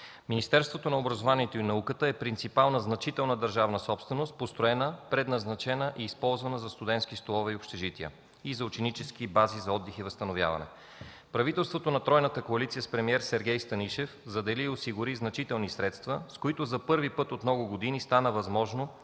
Министерството на образованието и науката е принципал на значителна държавна собственост, построена, предназначена и използвана за студентски столове и общежития и за ученически бази за отдих и възстановяване. Правителството на тройната коалиция с премиер Сергей Станишев задели и осигури значителни средства, с които за първи път от много години стана възможно